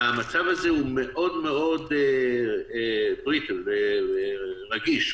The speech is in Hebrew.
המצב הזה מאוד מאד fickle, רגיש.